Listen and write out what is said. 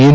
N